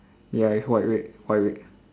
ya it's white red white red